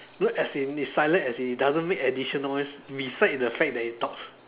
no as in it's silent as in it doesn't make additional noise beside the fact that it talks